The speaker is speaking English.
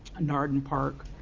in arden park.